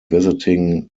visiting